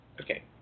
Okay